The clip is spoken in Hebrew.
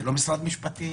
זה לא משרד משפטים.